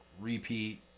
repeat